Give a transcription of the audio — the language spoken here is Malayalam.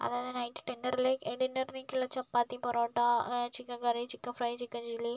അതായത് നൈറ്റ് ഡിന്നറിലേക്ക് ഡിന്നറിലേക്കുള്ള chapati parotta chicken curry chicken fry chicken chilli